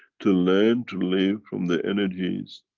to learn to live from the energies,